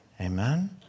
Amen